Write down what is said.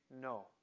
no